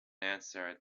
answer